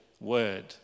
word